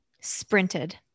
Sprinted